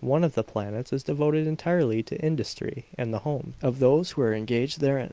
one of the planets is devoted entirely to industry and the homes of those who are engaged therein